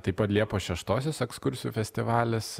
taip pat liepos šeštosios ekskursijų festivalis